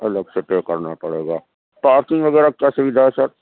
الگ سے پے کرنا پڑے گا پارکنگ وغیرہ کیا سویدھا ہے سر